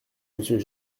monsieur